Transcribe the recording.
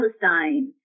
Palestine